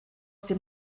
dem